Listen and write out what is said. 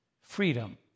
freedom